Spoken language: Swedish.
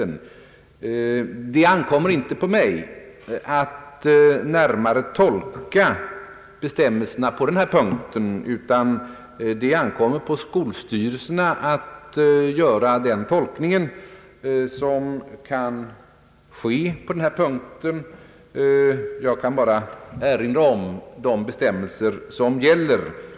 Det ankommer inte på mig att närmare tolka bestämmelserna på denna punkt, utan det ankommer på skolstyrelserna att göra denna tolkning. Jag kan bara erinra om de bestämmelser som gäller.